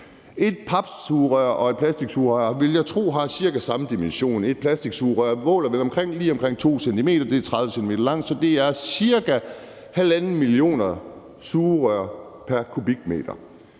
Et papsugerør og et plastiksugerør vil jeg tro har cirka samme dimensioner. Et plastiksugerør måler vel lige omkring 2 cm, og det er 30 cm langt, så det er cirka 1,5 millioner sugerør pr. kubikmeter.